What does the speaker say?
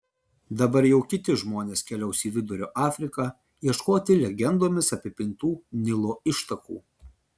dabar jau kiti žmonės keliaus į vidurio afriką ieškoti legendomis apipintų nilo ištakų